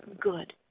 good